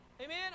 Amen